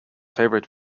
favorite